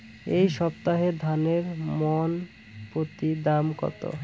এই সপ্তাহে ধানের মন প্রতি দাম কত?